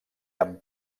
amb